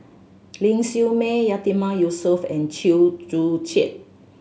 Ling Siew May Yatiman Yusof and Chew Joo Chiat